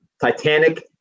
Titanic